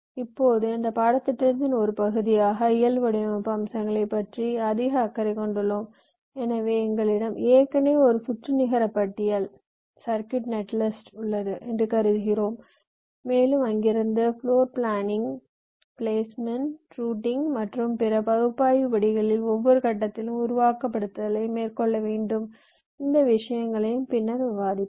இப்போது இந்த பாடத்திட்டத்தின் ஒரு பகுதியாக இயல் வடிவமைப்பு அம்சங்களைப் பற்றி அதிக அக்கறை கொண்டுள்ளோம் எனவே எங்களிடம் ஏற்கனவே ஒரு சுற்று நிகர பட்டியல் உள்ளது என்று கருதுகிறோம் மேலும் அங்கிருந்து ப்ளோர் பிளானிங் பிளேஸ்மெண்ட் ரூட்டிங் மற்றும் பிற பகுப்பாய்வு படிகளில் ஒவ்வொரு கட்டத்திலும் உருவகப்படுத்துதலை மேற்கொள்ள வேண்டும் இந்த விஷயங்களையும் பின்னர் விவாதிப்போம்